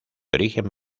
origen